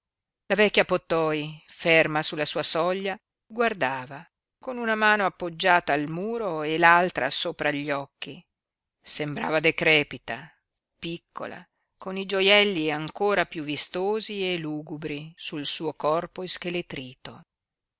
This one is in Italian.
vecchia pottoi ferma sulla sua soglia guardava con una mano appoggiata al muro e l'altra sopra gli occhi sembrava decrepita piccola con i gioielli ancora piú vistosi e lugubri sul suo corpo ischeletrito che